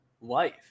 life